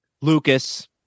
Lucas